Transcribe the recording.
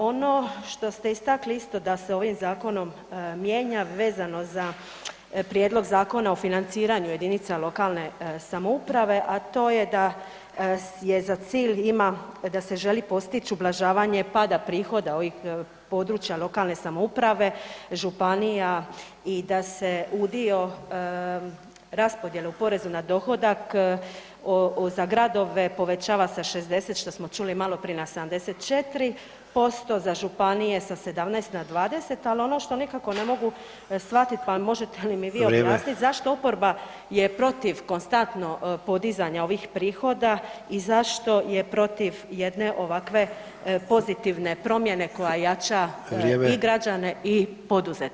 Ono što ste istakli isto da se ovim zakonom mijenja vezano za prijedlog Zakona o financiranju jedinica lokalne samouprave, a to je da je za cilj ima da se želi postići ublažavanje pada prihoda ovih područja lokalne samouprave, županija i da se udio raspodjele u porezu na dohodak za gradove povećava sa 60 šta smo čuli maloprije na 74%, za županije sa 17 na 20, ali ono što nekako ne mogu shvatiti pa možete li mi vi objasniti [[Upadica: Vrijeme.]] zašto oporba je protiv konstantno podizanja ovih prihoda i zašto je protiv jedne ovakve pozitivne promjene koja jača [[Upadica: Vrijeme.]] i građane i poduzetništvo.